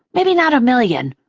maybe not a million,